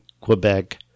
Quebec